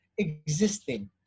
existing